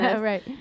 Right